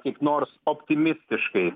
kaip nors optimistiškai